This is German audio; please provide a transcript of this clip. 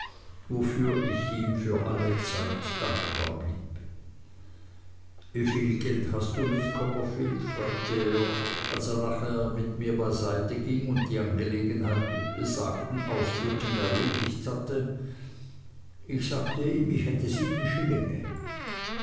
wofür ich ihm für alle zeit dankbar blieb wie viel geld hast du mit copperfield fragte er als er nachher mit mir beiseiteging und die angelegenheit mit besagten ausdrücken erledigt hatte ich sagte ihm ich hätte sieben schillinge